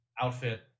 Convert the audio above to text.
outfit